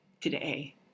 today